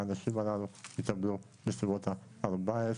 האנשים הללו יקבלו בסביבות ה-14.